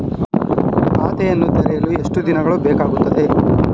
ಖಾತೆಯನ್ನು ತೆರೆಯಲು ಎಷ್ಟು ದಿನಗಳು ಬೇಕಾಗುತ್ತದೆ?